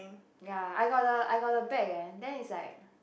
ya I got the I got the bag eh then is like